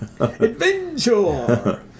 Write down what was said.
adventure